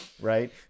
right